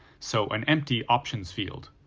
so an empty options field.